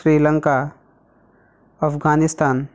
Sri Lanka Afghanistan